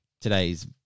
today's